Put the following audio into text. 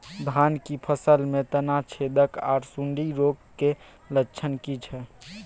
धान की फसल में तना छेदक आर सुंडी रोग के लक्षण की छै?